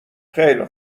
خیلی